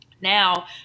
Now